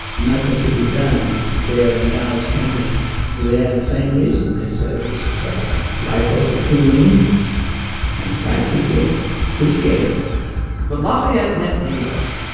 nothing could be done there in dallas county. they had the same reason, they said, it was white folks were too mean and black people too scared but lafayette went anyway.